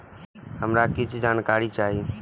हमरा कीछ जानकारी चाही